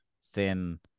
Sin